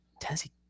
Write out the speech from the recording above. Tennessee